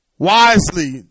Wisely